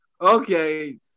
okay